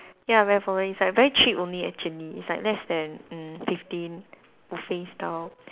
ya very popular it's like very cheap only actually it's like less than mm fifteen buffet style